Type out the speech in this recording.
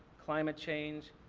climate change,